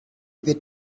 wird